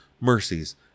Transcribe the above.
mercies